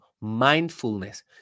mindfulness